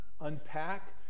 unpack